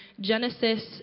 Genesis